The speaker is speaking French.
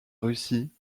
russie